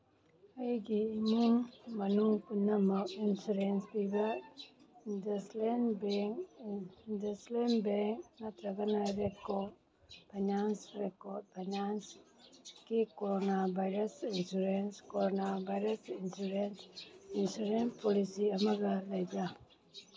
ꯑꯩꯒꯤ ꯏꯃꯨꯡ ꯃꯅꯨꯡ ꯄꯨꯝꯅꯃꯛ ꯏꯟꯁꯨꯔꯦꯟꯁ ꯄꯤꯕ ꯏꯟꯗꯁꯂꯦꯟ ꯕꯦꯡ ꯏꯟꯗꯁꯂꯦꯟ ꯕꯦꯡ ꯅꯠꯇ꯭ꯔꯒꯅ ꯔꯦꯞꯀꯣ ꯐꯥꯏꯅꯥꯟꯁ ꯔꯦꯞꯀꯣ ꯐꯥꯏꯅꯥꯟꯁꯀꯤ coronavirus insurance coronavirus insurance insurance policy ꯑꯃꯒ ꯂꯩꯕ꯭ꯔꯥ